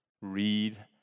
read